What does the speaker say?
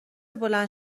بلند